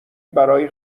برای